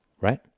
right